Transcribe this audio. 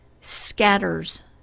scatters